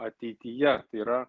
ateityje tai yra